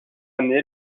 année